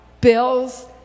bills